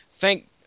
thank